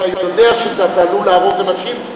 אתה יודע שאתה עלול להרוג אנשים,